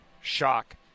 shock